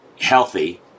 healthy